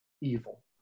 evil